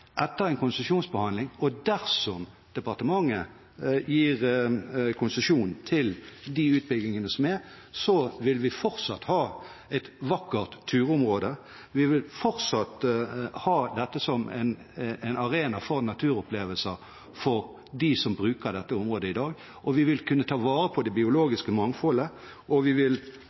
etter en konsesjonsbehandling, og dersom departementet gir konsesjon til utbygging, vil vi fortsatt ha et vakkert turområde. Vi vil fortsatt ha dette som en arena for naturopplevelser for dem som bruker dette området i dag, vi vil kunne ta vare på det biologiske mangfoldet, og vi vil